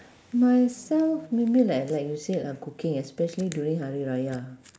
myself maybe like like you said uh cooking especially during hari raya